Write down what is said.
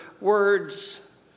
words